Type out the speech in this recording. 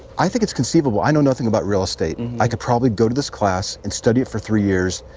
i think it's conceivable i know nothing about real estate. mmm-hmm. and i could probably go to this class and study it for three years.